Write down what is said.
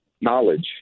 knowledge